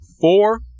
four